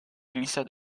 glissa